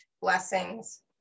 blessings